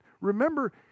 remember